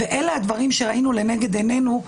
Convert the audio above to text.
אלה הדברים שראינו לנגד עינינו.